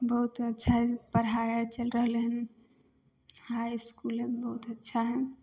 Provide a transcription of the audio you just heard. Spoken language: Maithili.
बहुत अच्छा पढ़ाइ आर चलि रहलै हन हाइ इसकुल हइ बहुत अच्छा हइ